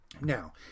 now